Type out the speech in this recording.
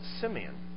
Simeon